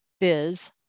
Biz